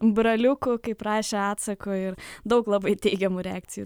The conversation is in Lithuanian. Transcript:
braliukų kaip rašė atsaku ir daug labai teigiamų reakcijų